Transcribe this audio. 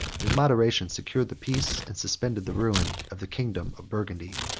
his moderation secured the peace, and suspended the ruin, of the kingdom of burgundy.